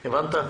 הבנת?